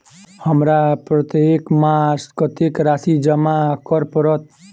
हमरा प्रत्येक मास कत्तेक राशि जमा करऽ पड़त?